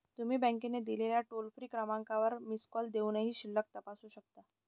तुम्ही बँकेने दिलेल्या टोल फ्री क्रमांकावर मिस कॉल देऊनही शिल्लक तपासू शकता